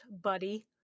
buddy